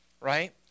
right